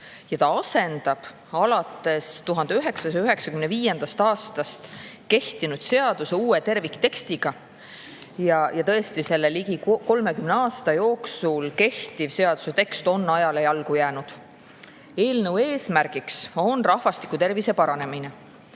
Ta asendab alates 1995. aastast kehtinud seaduse uue terviktekstiga. Ja tõesti, selle ligi 30 aasta jooksul on seaduse tekst ajale jalgu jäänud. Eelnõu eesmärk on rahvastiku tervise paranemine